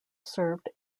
served